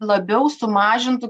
abiau sumažintų